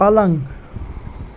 پلنٛگ